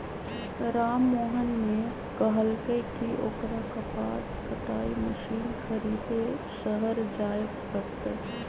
राममोहन ने कहल कई की ओकरा कपास कटाई मशीन खरीदे शहर जाय पड़ तय